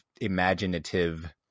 imaginative